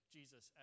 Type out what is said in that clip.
Jesus